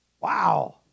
Wow